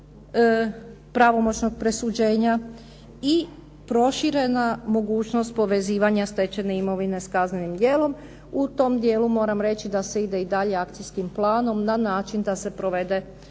U tom djelu moram reći da se ide i dalje akcijskim planom na način da se provede sukladno